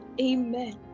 Amen